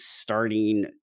starting